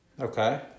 Okay